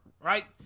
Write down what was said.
right